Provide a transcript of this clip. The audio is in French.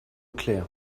clair